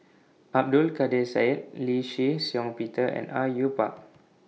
Abdul Kadir Syed Lee Shih Shiong Peter and Au Yue Pak